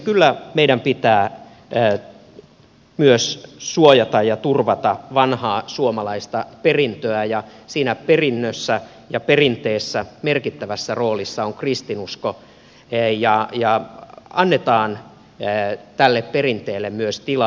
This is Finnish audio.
kyllä meidän pitää myös suojata ja turvata vanhaa suomalaista perintöä ja siinä perinnössä ja perinteessä merkittävässä roolissa on kristinusko ja annetaan tälle perinteelle myös tilaa